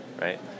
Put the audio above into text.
Right